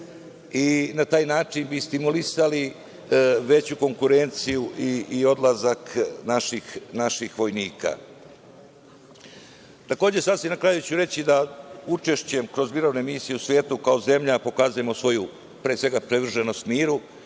i na taj način bi stimulisali veću konkurenciju i odlazak naših vojnika. Takođe, sasvim na kraju ću reći da, učešćem kroz mirovne misije u svetu, kao zemlja, pokazujemo svoju, pre svega, privrženost miru